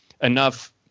enough